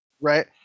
right